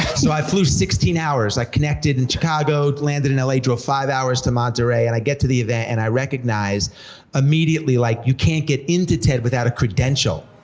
so i flew sixteen hours, i connected in chicago, landed and in la, drove five hours to monterrey, and i get to the event, and i recognized immediately, like you can't get into ted without a credential.